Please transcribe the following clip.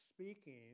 speaking